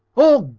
oh,